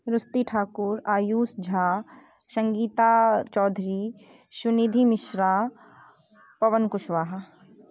Saraswati Thakur Ayush Jha Sangeeta Chaudhary Sunidhi Mishra Pawan Kushwaha